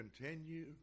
continue